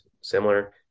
Similar